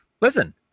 listen